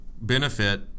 benefit